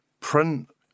Print